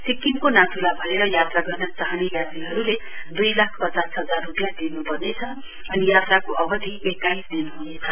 सिक्किमको नाथुला भएर यात्रा गर्न चाहने यात्रीहरूले दुई लाख पचास हजार रूपियाँ तिन्पर्नेछ अनि यात्राको अवधि एक्काइस दिन ह्नेछ